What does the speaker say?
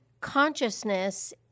consciousness